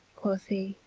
quoth he,